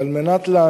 ועל מנת לענות